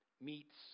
meets